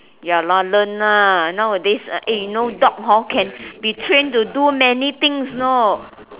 ya lor learn lah nowadays eh you know dog hor can be trained to do many things you know